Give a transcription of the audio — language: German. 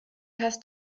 hast